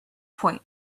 point